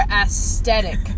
aesthetic